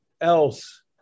else